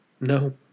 No